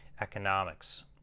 economics